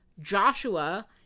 Joshua